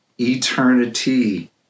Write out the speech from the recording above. eternity